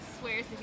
swears